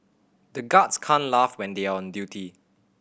the guards can't laugh when they are on duty